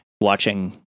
watching